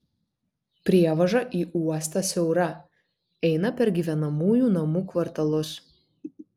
prievaža į uostą siaura eina per gyvenamųjų namų kvartalus